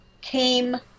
came